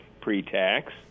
pre-tax